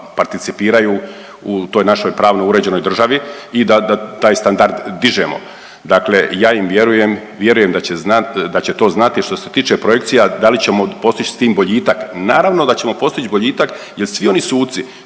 da participiraju u toj našoj pravnoj uređenoj državi i da taj standard dižemo. Dakle ja im vjerujem, vjerujem da će to znati, što se tiče projekcija, da li ćemo postići s tim boljitak? Naravno da ćemo postići boljitak jer svi oni sudci